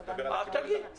אתה מדבר על הקיבולת המקסימלית.